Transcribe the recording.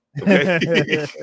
okay